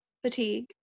fatigue